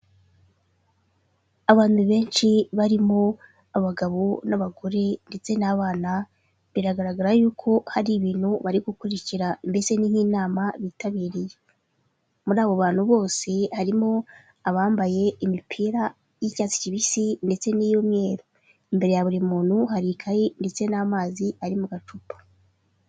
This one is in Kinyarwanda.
Abantu benshi barimo abagabo n'abagore ndetse n'abana ,biragaragara yuko hari ibintu bari gukurikira mbese ni nk'inama bitabiriye, muri abo bantu bose harimo abambaye imipira y'icyatsi kibisi ndetse n'iy'umweru, imbere ya buri muntu hari ikayi ndetse n'amazi ari mu gacupa.